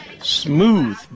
smooth